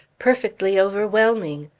perfectly overwhelming.